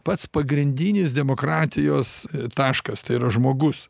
pats pagrindinis demokratijos taškas tai yra žmogus